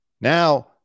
Now